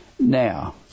Now